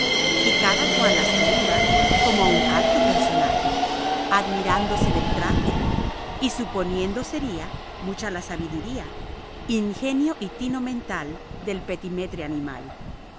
y cada cual la saluda como a un alto personaje admirándose del traje y suponiendo sería mucha la sabiduría ingenio y tino mental del petimetre animal